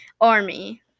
army